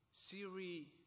Siri